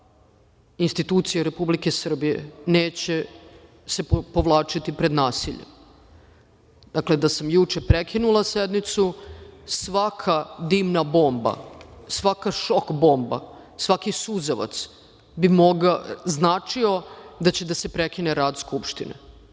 institucije Republike Srbije neće se povlačiti pred nasiljem. Dakle, da sam juče prekinula sednicu, svaka dimna bomba, svaka šok bomba, svaki suzavac bi značio da će da se prekine rad Skupštine.